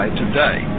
today